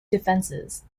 defences